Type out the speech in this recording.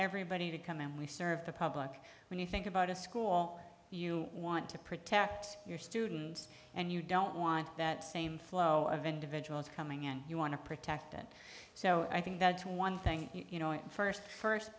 everybody to come in we serve the public when you think about a school you want to protect your students and you don't want that same flow of individuals coming and you want to protect it so i think that's one thing you know first first